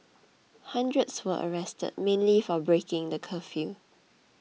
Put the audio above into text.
hundreds were arrested mainly for breaking the curfew